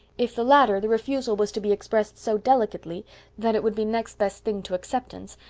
if the latter, the refusal was to be expressed so delicately that it would be next best thing to acceptance,